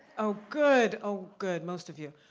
oh, good, oh good, most of you.